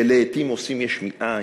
שלעתים עושים יש מאין,